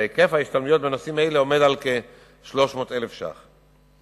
היקף ההשתלמויות בנושאים אלה עומד על כ-300,000 שקלים.